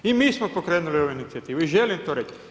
I mi smo pokrenuli ovu inicijativu i želim to reći.